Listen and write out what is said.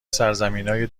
سرزمینای